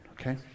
Okay